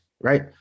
right